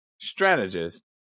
Strategist